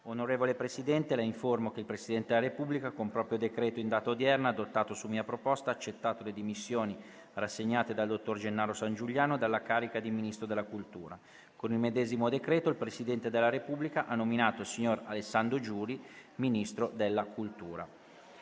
«Onorevole Presidente, La informo che il Presidente della Repubblica, con proprio decreto in data odierna, adottato su mia proposta, ha accettato le dimissioni rassegnate dal dott. Gennaro SANGIULIANO dalla carica di Ministro della cultura. Con il medesimo decreto il Presidente della Repubblica ha nominato il sig. Alessandro GIULI Ministro della cultura.